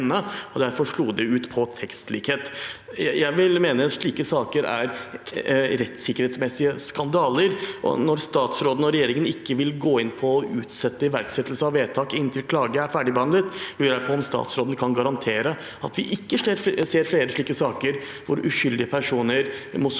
derfor slo det ut på tekstlikhet. Jeg vil mene at slike saker er rettssikkerhetsmessige skandaler. Når statsråden og regjeringen ikke vil gå inn på å utsette iverksettelse av vedtak inntil klage er ferdigbehandlet, lurer jeg på om statsråden kan garantere at vi ikke ser flere slike saker hvor uskyldige personer må sone